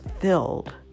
filled